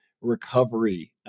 Recovery